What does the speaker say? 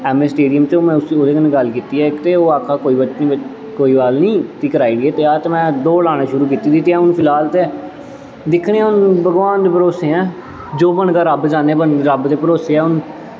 M ए stadium च में ओह्दे कन्नै गल्ल कीती इक ते ओह् आक्खा दा हा कोई गल्ल निं कराई ओड़गे ते दौड़ लानी शुरु कीती दी फिलहाल ते दिक्खने आं हून भगवान दे भरोसे ऐ जो बनगा रब्ब दे भरोसे ऐ हून